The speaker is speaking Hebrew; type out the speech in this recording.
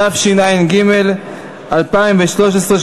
התשע"ג 2013,